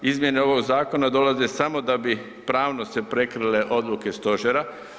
Izmjene ovog zakona dolaze samo da bi pravno se prekrile odluke stožera.